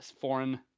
foreign